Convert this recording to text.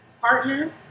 partner